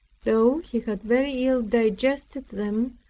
though he had very illy digested them,